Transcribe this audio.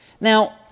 Now